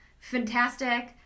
fantastic